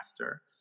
master